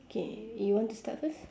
okay you want to start first